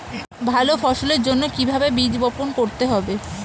ভালো ফসলের জন্য কিভাবে বীজ বপন করতে হবে?